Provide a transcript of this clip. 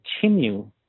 continue